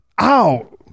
Ow